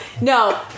no